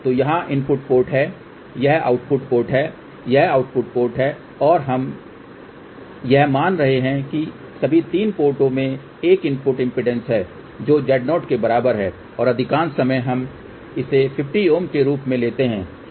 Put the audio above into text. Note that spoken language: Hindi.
तो यहाँ इनपुट पोर्ट है यह आउटपुट पोर्ट है यह आउटपुट पोर्ट है और यहाँ हम यह मान रहे हैं कि सभी 3 पोर्ट में एक इनपुट इम्पीडेन्स है जो Z0 के बराबर है और अधिकांश समय हम इसे 50 Ω के रूप में लेते हैं